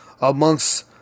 amongst